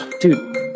Dude